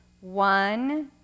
One